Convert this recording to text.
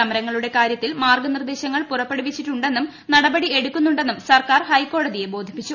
സമരങ്ങളുടെ കാരൃത്തിൽ മാർഗ്ഗനിർദ്ദേശങ്ങൾ പുറപ്പെടുവിച്ചിട്ടുണ്ടെന്നും നടപടി എടുക്കുന്നുണ്ടെന്നും സർക്കാർ ഹൈക്കോടതിയെ ബോധിപ്പിച്ചു